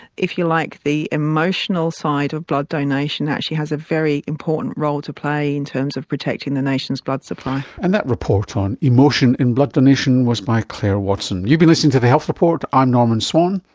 if you like, the emotional side of blood donation actually has a very important role to play in terms of protecting the nation's blood supply. and that report on emotion in blood donation was by clare watson. you've been listening to the health report, i'm norman swan,